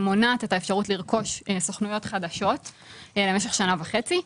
מונעת את האפשרות לרכוש סוכנויות חדשות למשך שנה וחצי.